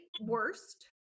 worst